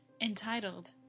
entitled